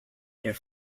their